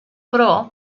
però